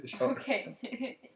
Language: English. Okay